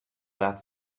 that